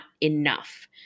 enough